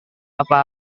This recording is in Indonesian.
apa